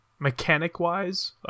Mechanic-wise